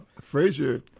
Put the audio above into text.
Frazier